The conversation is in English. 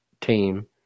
team